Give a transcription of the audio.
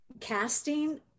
casting